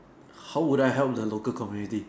how would I help the local community